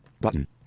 button